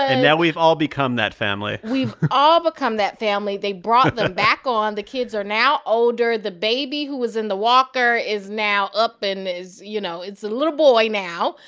and now we've all become that family we've all become that family. they brought them back on. the kids are now older. the baby who was in the walker is now up and is, you know, is a little boy now,